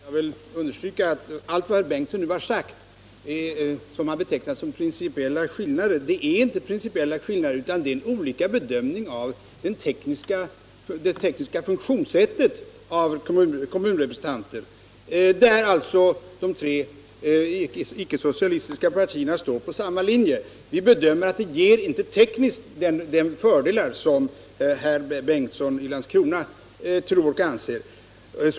Herr talman! Jag vill understryka att allt vad herr Bengtsson i Landskrona talat om och betecknat som principiella skillnader inte är principiella skillnader utan olika bedömningar av det tekniska funktionssättet för kommunrepresentanter. De tre icke-socialistiska partierna står där på samma linje. Vi bedömer det hela så att utskottsmajoritetens förslag inte ger de tekniska fördelar som herr Bengtsson i Landskrona tror och anser att det gör.